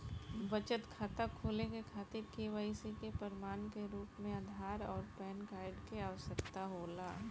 बचत खाता खोले के खातिर केवाइसी के प्रमाण के रूप में आधार आउर पैन कार्ड के आवश्यकता होला